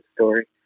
story